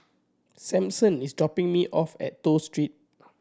Samson is dropping me off at Toh Street